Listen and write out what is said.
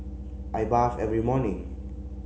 I bath every morning